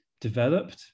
developed